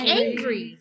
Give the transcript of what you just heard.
angry